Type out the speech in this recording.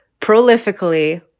prolifically